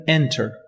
enter